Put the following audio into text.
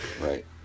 right